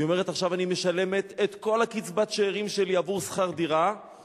היא אומרת: עכשיו אני משלמת את כל קצבת השאירים שלי עבור שכר דירה,